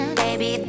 baby